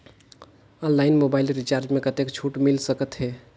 Online mobile recharge मे कतेक छूट मिल सकत हे?